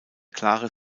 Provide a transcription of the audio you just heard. klare